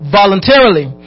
voluntarily